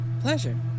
Pleasure